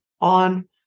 on